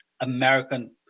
American